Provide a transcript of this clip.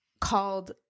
called